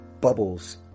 bubbles